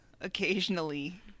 occasionally